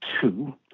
two